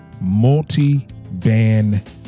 multi-band